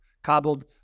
Cobbled